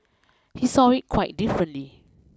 he saw it quite differently